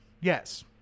Yes